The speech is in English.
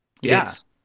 yes